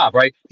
right